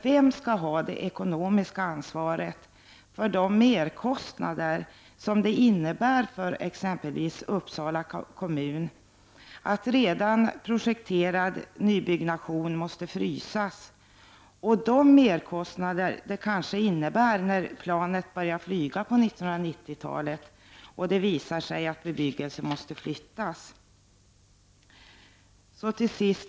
Vem skall ha det ekonomiska ansvaret för de merkostnader som det innebär för exempelvis Uppsala kommun att redan projekterad nybyggnation måste frysas — och de merkostnader som det kanske blir när planet börjar flyga på 1990-talet och det visar sig att bebyggelsen måste flyttas?